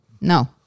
No